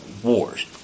wars